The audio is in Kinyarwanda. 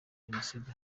jenoside